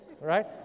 right